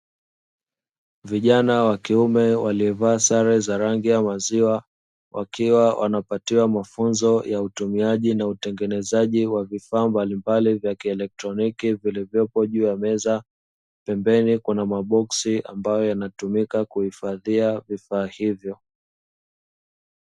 Vijana wa kuime waliovaa sare za rangi ya maziwa wakiwa wanapatiwa mafunzo ya utumiaji na utengenezaji wa vifaa mbalimbali vya kieletroniki vilivyopo juu ya meza, pembeni kuna maboksi ambayk yanatumika kuhifadhia vifaa hivyo.